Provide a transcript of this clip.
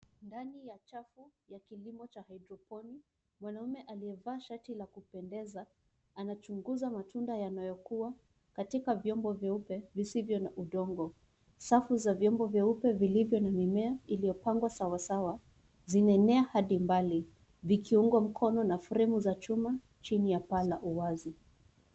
Ndani ya chafu ya kilimo cha hydroponic .Mmwanaume aliyevaa shati la kupendeza anachunguza matunda yanayokuwa katika vyombo vyeupe visivyo na udongo. Safu za vyombo vyeupe vilivyo na mimea iliyopangwa sawasawa zimemea hadi mbali vikiungwa mkono na fremu za chuma chini ya paa la uwazi.